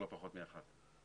ולא פחות מאחד.